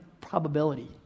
probability